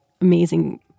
amazing